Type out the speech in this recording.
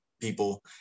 people